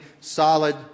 solid